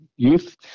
youth